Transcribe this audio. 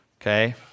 Okay